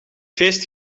feest